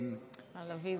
על הוויזות.